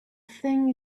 thing